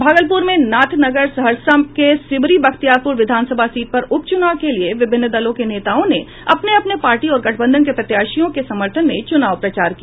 भागलपुर में नाथनगर सहरसा के सिमरी बख्तियारपूर विधानसभा सीट पर उपचूनाव के लिए भी विभिन्न दलों के नेताओं ने अपने अपने पार्टी और गठबंधन के प्रत्याशियों के समर्थन में चूनाव प्रचार किया